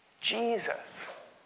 Jesus